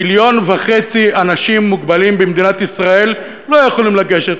מיליון וחצי אנשים מוגבלים במדינת ישראל לא יכולים לגשת,